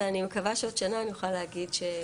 ואני מקווה שבעוד שנה נוכל להגיד שהתקדמנו.